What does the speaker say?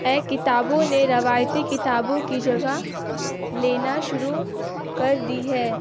ای کتابوں نے روایتی کتابوں کی جگہ لینا شروع کر دی ہے